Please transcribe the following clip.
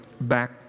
back